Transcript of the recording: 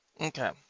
Okay